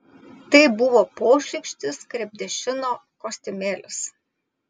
tai buvo pošlykštis krepdešino kostiumėlis